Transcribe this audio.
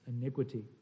iniquity